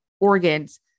organs